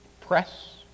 Press